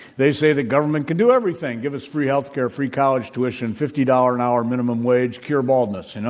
they say the government can do everything. give us free health care, free college tuition, fifty dollars an hour minimum wage, cure baldness, you know.